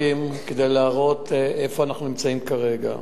כדי להראות איפה אנחנו נמצאים כרגע.